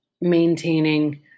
maintaining